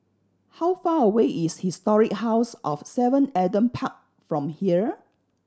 how far away is Historic House of Seven Adam Park from here